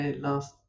last